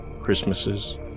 Christmases